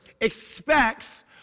expects